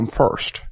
first